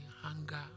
hunger